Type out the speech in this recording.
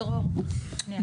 דרור, שנייה.